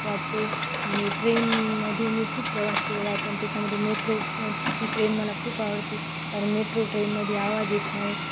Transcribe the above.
वाटते आणि ट्रेनमध्ये मी खूप प्रवास केलेला आहे पण त्याच्यामध्ये मेट्रो ची ट्रेन मला खूप आवडते कारण मेट्रो ट्रेनमध्ये आवाज येत नाही